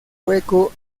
hueco